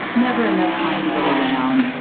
never enough time to go around,